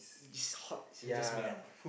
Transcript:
it's hot is just make one